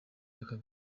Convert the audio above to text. ako